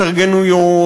התארגנויות,